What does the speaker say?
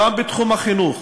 גם בתחום החינוך.